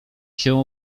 się